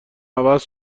عوض